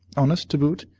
honest, to boot.